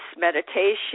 meditation